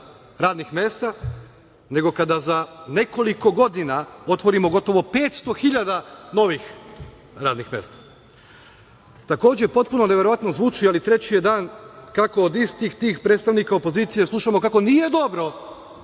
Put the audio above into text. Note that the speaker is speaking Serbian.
radnih mesta, nego kada za nekoliko godina otvorimo gotovo 500.000 novih radnih mesta. Takođe, potpuno neverovatno zvuči, ali treći je dan kako je od istih tih predstavnika opozicije slušamo kako nije dobro